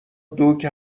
دوگ